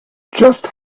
just